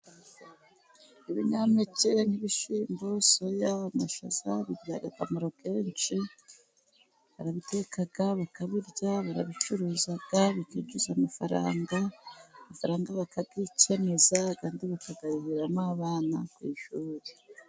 Ibinyampeke nk'ibishyimbo, soya, amashaza bigira akamaro kenshi, barabiteka bakabirya, barabicuruza bikinjiza amafaranga, bakabyikenuza, andi bakayarihiramo abana ku ishuri.